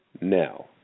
Now